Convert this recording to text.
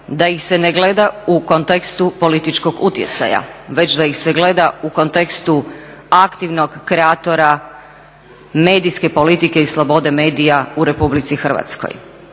da ih se ne gleda u kontekstu političkog utjecaja već da ih se gleda u kontekstu aktivnog kreatora medijske politike i slobode medija u RH. Oni ne traže